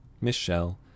michelle